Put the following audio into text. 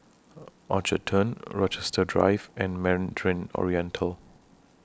Orchard Turn Rochester Drive and Mandarin Oriental